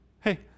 Hey